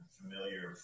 familiar